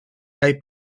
dai